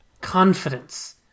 confidence